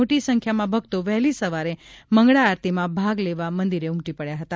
મોટી સંખ્યામાં ભક્તો વહેલી સવારે મંગળા આરતીમાં ભાગ લેવા મંદિરે ઉમટી પડ્યા હતા